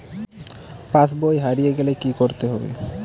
পাশবই হারিয়ে গেলে কি করতে হবে?